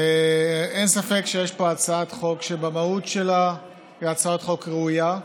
אין ספק שיש פה הצעת חוק שבמהות שלה היא הצעת חוק ראויה,